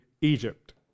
Egypt